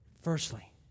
Firstly